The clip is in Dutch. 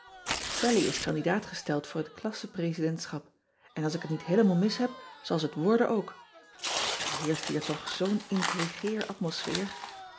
allie is candidaat gesteld voor het lasse residentschap en als ik het niet heelemaal mis heb zal ze het worden ook r heerscht hier toch zoo n intrigeer atmosfeer